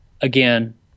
Again